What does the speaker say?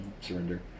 surrender